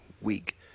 week